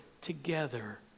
together